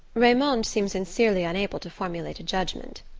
raymond seemed sincerely unable to formulate a judgment.